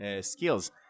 skills